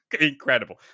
incredible